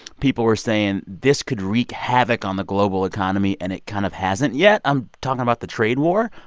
people were saying, this could wreak havoc on the global economy, and it kind of hasn't yet. i'm talking about the trade war.